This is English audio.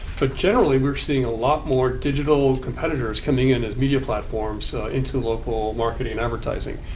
but generally we're seeing a lot more digital competitors coming in as media platforms into local marketing and advertising.